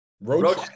Roach